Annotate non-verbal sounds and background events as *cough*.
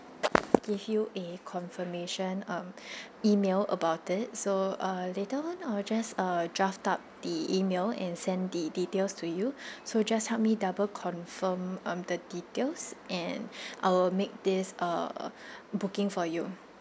give you a confirmation um *breath* email about it so uh later on I will just uh draft up the email and send the details to you *breath* so just help me double confirm um the details and *breath* I will make this uh booking for you